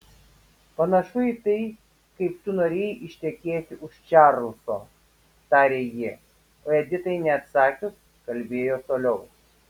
panašu į tai kaip tu norėjai ištekėti už čarlzo tarė ji o editai neatsakius kalbėjo toliau